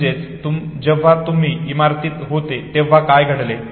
म्हणजेच जेव्हा तुम्ही इमारतीत होते तेव्हा काय घडले